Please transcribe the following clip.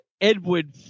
Edward